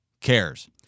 cares